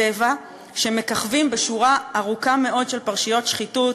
טבע שמככבים בשורה ארוכה מאוד של פרשיות שחיתות,